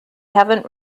haven’t